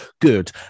good